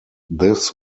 this